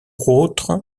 autres